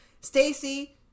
Stacy